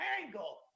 angle